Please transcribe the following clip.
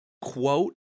quote